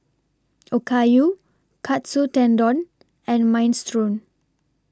Okayu Katsu Tendon and Minestrone